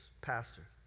pastor